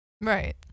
Right